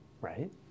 right